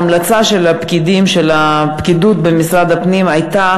ההמלצה של הפקידות במשרד הפנים הייתה